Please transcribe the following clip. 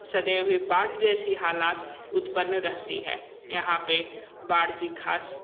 सदैव ही बाढ़ जैसी हालात उत्पन्न रहती है यहाँ पे बाढ़ की खास